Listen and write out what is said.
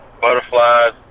Butterflies